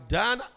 done